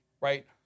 right